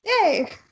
Yay